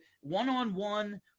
One-on-one